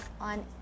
on